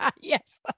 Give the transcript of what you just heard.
Yes